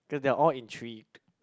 cause they are all intreated